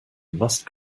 must